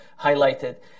highlighted